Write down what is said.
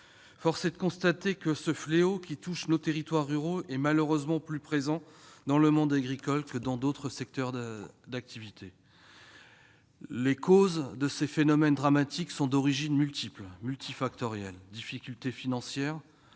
Force est de constater que ce fléau qui touche nos territoires ruraux est malheureusement plus présent dans le monde agricole que dans d'autres secteurs d'activité. Les causes de ce phénomène dramatique sont multiples : difficultés financières,